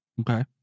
Okay